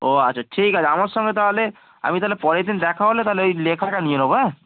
ও আচ্ছা ঠিক আছে আমার সঙ্গে তাহলে আমি তাহলে পরেের দিন দেখা হলে তাহলে ওই লেখাটা নিয়ে নেব হ্যাঁ